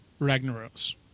Ragnaros